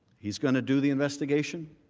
he is going to do the investigation?